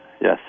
Yes